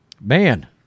Man